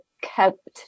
kept